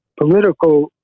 political